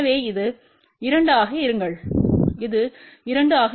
எனவே இது 2 ஆக இருங்கள் இது 2 ஆக இருக்கும்